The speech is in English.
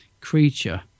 creature